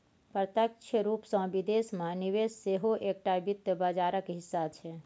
प्रत्यक्ष रूपसँ विदेश मे निवेश सेहो एकटा वित्त बाजारक हिस्सा छै